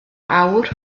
awr